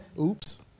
Oops